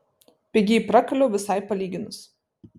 pigiai prakaliau visai palyginus